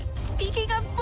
speaking of